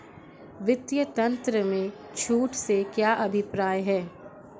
वित्तीय तंत्र में छूट से क्या अभिप्राय है?